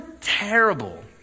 terrible